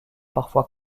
parfois